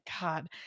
God